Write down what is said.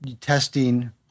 testing